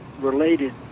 related